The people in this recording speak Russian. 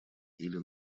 или